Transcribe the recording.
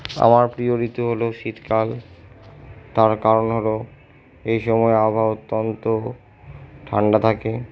আমার প্রিয় ঋতু হল শীতকাল তার কারণ হল এই সময় আবহাওয়া অত্যন্ত ঠান্ডা থাকে